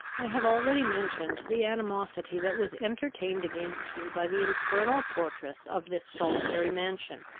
i have already mentioned the animosity that was entertained against me by the infernal portress of this solitary mansion.